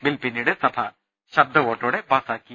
bill പിന്നീട് സഭ ശബ്ദവോട്ടോടെ പാസാക്കി